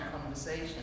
conversation